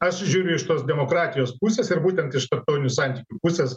aš žiūriu iš tos demokratijos pusės ir būtent iš tarptautinių santykių pusės